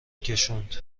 کشوند